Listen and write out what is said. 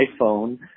iPhone